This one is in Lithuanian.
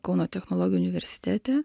kauno technologijų universitete